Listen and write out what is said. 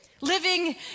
living